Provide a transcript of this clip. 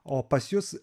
o pas jus